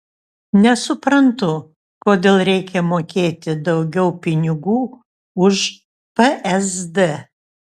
nesuprantu kodėl reikia mokėti daugiau pinigų už psd